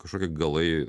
kažkokie galai